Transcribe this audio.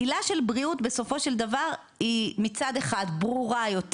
העילה של בריאות בסופו של דבר היא מצד אחד ברורה יותר,